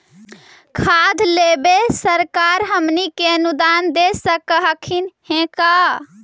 खाद लेबे सरकार हमनी के अनुदान दे सकखिन हे का?